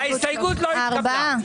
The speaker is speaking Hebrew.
ההסתייגות לא התקבלה.